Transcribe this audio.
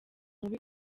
mubi